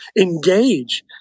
engage